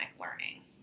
learning